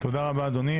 תודה רבה אדוני.